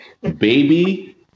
baby